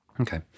Okay